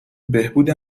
بهبود